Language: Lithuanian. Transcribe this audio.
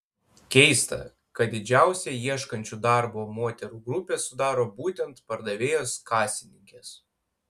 keista kad didžiausią ieškančių darbo moterų grupę sudaro būtent pardavėjos kasininkės